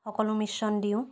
সকলো মিশ্ৰণ দিওঁ